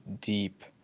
deep